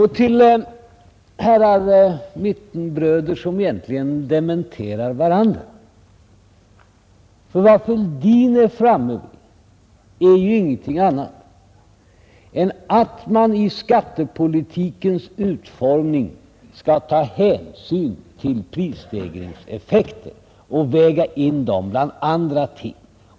Herrar mittenbröderna dementerade egentligen varandra. Vad herr Fälldin sade är ju ingenting annat än att man vid utformningen av skattepolitiken skall ta hänsyn till prisstegringseffekten och väga in denna bland andra ting.